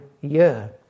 year